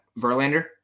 Verlander